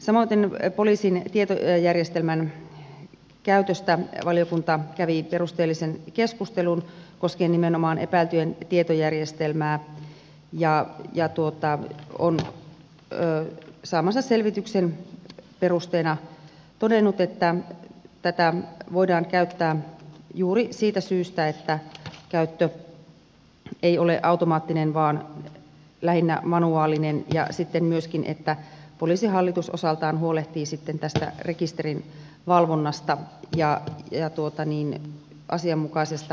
samoiten poliisin tietojärjestelmän käytöstä valiokunta kävi perusteellisen keskustelun koskien nimenomaan epäiltyjen tietojärjestelmää ja on saamansa selvityksen perusteella todennut että tätä voidaan käyttää juuri siitä syystä että käyttö ei ole automaattinen vaan lähinnä manuaalinen ja sitten myöskin että poliisihallitus osaltaan huolehtii sitten tästä rekisterin valvonnasta ja asianmukaisesta käytöstä